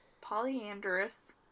polyandrous